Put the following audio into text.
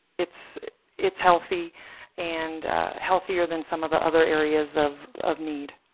it's it's healthy and healthier than some of the other areas of of need.